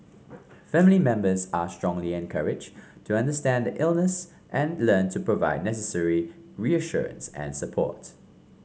family members are strongly encouraged to understand the illness and learn to provide necessary reassurance and support